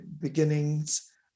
beginnings